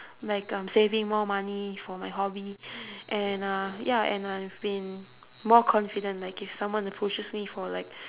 like um saving more money for my hobby and uh ya and I've been more confident like if someone approaches me for like